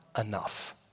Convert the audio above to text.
enough